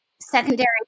secondary